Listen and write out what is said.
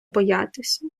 боятися